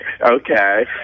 Okay